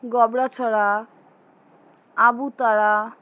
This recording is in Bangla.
গবড়াছড়া আবুতারা